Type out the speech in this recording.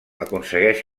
aconsegueix